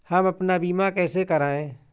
हम अपना बीमा कैसे कराए?